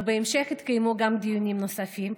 ובהמשך התקיימו דיונים נוספים.